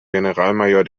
generalmajor